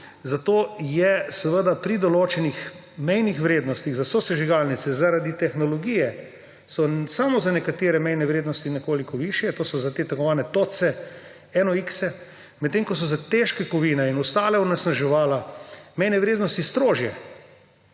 zato so pri določenih mejnih vrednostih za sosežigalnice zaradi tehnologije nekatere mejne vrednosti nekoliko višje, to so za te tako imenovane TOC, NOx, medtem ko so za težke kovine in ostala onesnaževala mejne vrednosti strožje